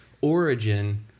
origin